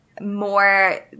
more